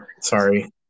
sorry